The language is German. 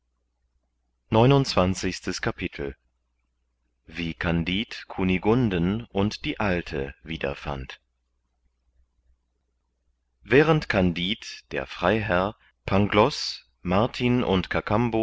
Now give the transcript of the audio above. neunundzwanzigstes kapitel wie kandid kunigunden und die alte wiederfand während kandid der freiherr pangloß martin und kakambo